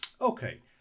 Okay